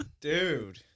Dude